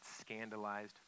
scandalized